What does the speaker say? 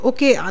Okay